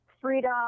freedom